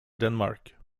denmark